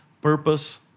purpose